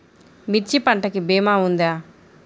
మిర్చి పంటకి భీమా ఉందా?